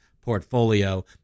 portfolio